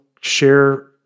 share